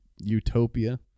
utopia